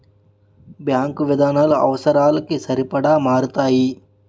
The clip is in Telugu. బ్యాంకు విధానాలు అవసరాలకి సరిపడా మారతాయి